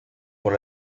por